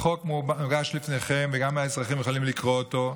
החוק מוגש לפניכם וגם האזרחים יכולים לקרוא אותו.